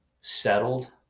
settled